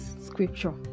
scripture